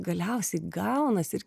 galiausiai gaunasi ir